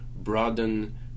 broaden